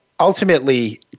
Ultimately